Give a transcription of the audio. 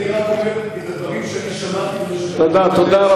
אני רק אומר את הדברים שאני שמעתי, רבותי,